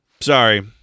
sorry